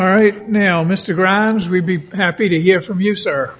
all right now mr gran's we be happy to hear from you sir